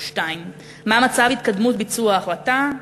2. מה הוא מצב התקדמות ביצוע ההחלטה?